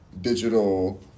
digital